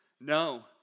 No